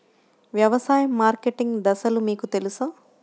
వ్యవసాయ మార్కెటింగ్ దశలు మీకు తెలుసా?